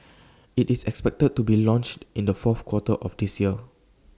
IT is expected to be launched in the fourth quarter of this year